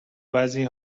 بعضی